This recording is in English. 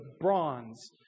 bronze